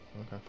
okay